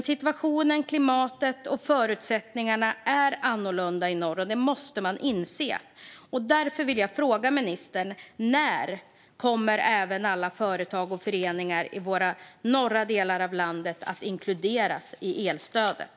Situationen, klimatet och förutsättningarna är annorlunda i norr, och det måste man inse. Därför vill jag fråga ministern: När kommer även alla företag och föreningar i våra norra delar av landet att inkluderas i elstödet?